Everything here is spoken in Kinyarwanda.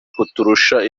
kuturusha